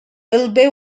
elbe